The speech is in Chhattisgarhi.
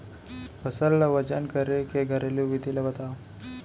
फसल ला वजन करे के घरेलू विधि ला बतावव?